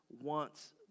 wants